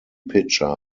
pitcher